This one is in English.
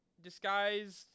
Disguised